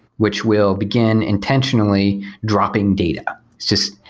which will begin intentionally dropping data. it's just,